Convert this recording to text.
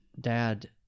dad